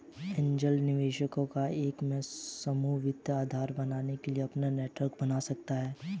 angel निवेशकों का एक समूह वित्तीय आधार बनने के लिए अपना नेटवर्क बना सकता हैं